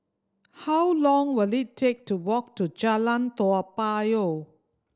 how long will it take to walk to Jalan Toa Payoh